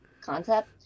concept